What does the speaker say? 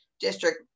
district